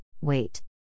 wait